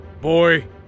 Boy